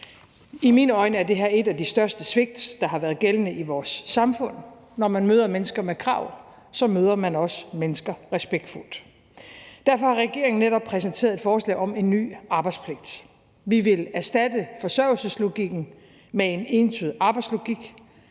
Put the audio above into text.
i mine øjne er det her et af de største svigt, der har været gældende i vores samfund. Når man møder mennesker med krav, møder man også mennesker respektfuldt. Derfor har regeringen netop præsenteret et forslag om en ny arbejdspligt. Vi vil erstatte forsørgelseslogikken med en entydig arbejdslogik.